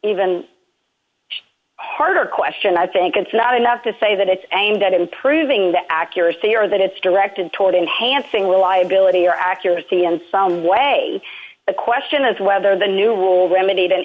even harder question i think it's not enough to say that it's aimed at improving the accuracy or that it's directed toward enhancing the liability or accuracy in sound way the question is whether the new rule remed